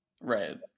Right